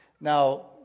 Now